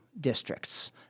districts